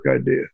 idea